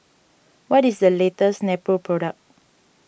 what is the latest Nepro product